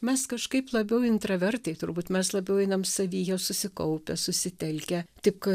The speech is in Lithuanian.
mes kažkaip labiau intravertai turbūt mes labiau einam savyje susikaupę susitelkę tik